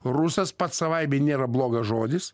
rusas pats savaime nėra blogas žodis